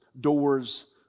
doors